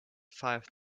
five